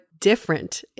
different